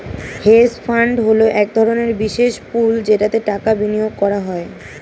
hedge fund হলো এক ধরনের বিশেষ পুল যেটাতে টাকা বিনিয়োগ করা হয়